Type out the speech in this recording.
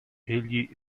egli